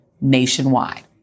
nationwide